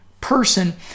person